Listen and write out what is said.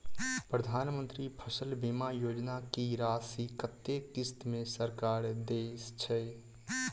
प्रधानमंत्री फसल बीमा योजना की राशि कत्ते किस्त मे सरकार देय छै?